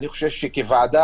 בוקר טוב.